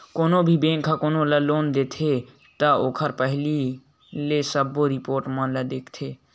कोनो भी बेंक ह कोनो ल लोन देथे त ओखर पहिली के सबो रिपोट मन ल देखथे